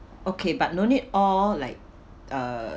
okay but no need all like uh